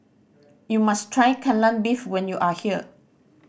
you must try Kai Lan Beef when you are here